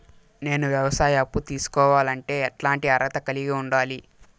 నేను వ్యవసాయ అప్పు తీసుకోవాలంటే ఎట్లాంటి అర్హత కలిగి ఉండాలి?